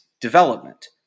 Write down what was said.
development